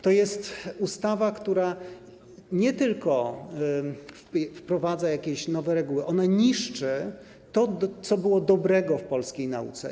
To jest ustawa, która nie tylko wprowadza jakieś nowe reguły, ona niszczy to, co było dobrego w polskiej nauce.